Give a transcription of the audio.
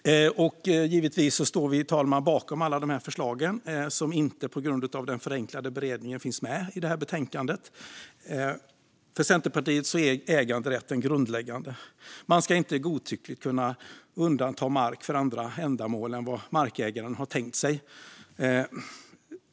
Givetvis, fru talman, står vi bakom alla dessa förslag som på grund av den förenklade beredningen inte finns med i betänkandet. För Centerpartiet är äganderätten grundläggande. Man ska inte godtyckligt kunna undanta mark för andra ändamål än vad markägaren har tänkt sig.